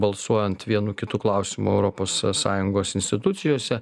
balsuojant vienu kitu klausimu europos sąjungos institucijose